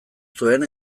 zuen